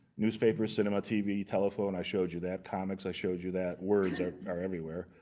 newspapers, cinema, tv, telephone, i showed you that. comics, i showed you that. words are are everywhere.